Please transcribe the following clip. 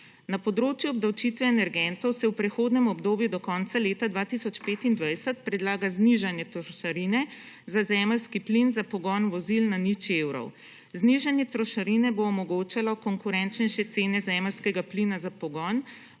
Na področju obdavčitve energentov se v prihodnjem obdobju do konca leta 2025 predlaga znižanje trošarine za zemeljski plin za pogon vozil na 0 evrov. Znižanje trošarine bo omogočalo konkurenčnejše cene zemeljskega plina za pogon